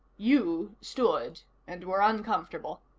you stood, and were uncomfortable.